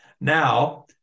Now